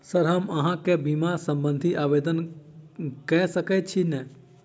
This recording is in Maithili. सर हम अहाँ केँ बीमा संबधी आवेदन कैर सकै छी नै?